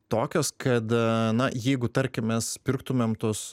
tokios kad na jeigu tarkim mes pirktumėm tuos